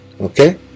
okay